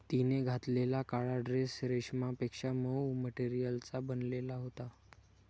तिने घातलेला काळा ड्रेस रेशमापेक्षा मऊ मटेरियलचा बनलेला होता